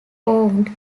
owned